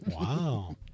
Wow